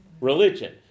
religion